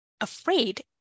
afraid